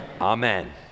Amen